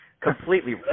completely